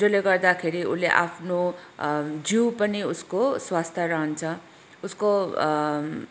जसले गर्दाखेरि उसले आफ्नो जिउ पनि उसको स्वास्थ्य रहन्छ उसको